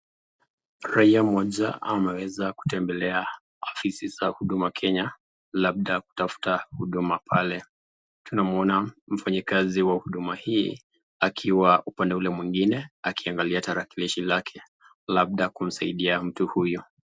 Raia moja ameweza kutembelea afisi za huduma Kenya, labda kutafuta huduma pale. Tunamuona mfanyakazi wa huduma hii, akiwa upande ule mwingine, akiangalia tarakilishi lake labda kumsaidia mtu huyu.